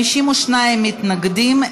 52 מתנגדים,